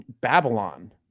Babylon